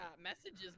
Messages